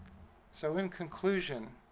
so in conclusion